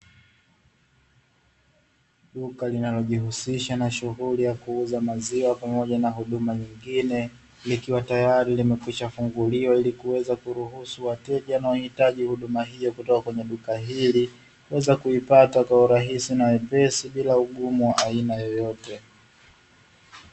Duka linalojihusisha na shughuli ya kuuza maziwa pamoja na huduma nyingine, likiwa tayari limekwisha funguliwa ili kuweza kuruhusu wateja na wahitaji huduma hiyo kutoka kwenye duka hili kuweza kuipata kwa urahisi na wepesi, bila ugumu wa aina yoyote.